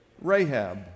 Rahab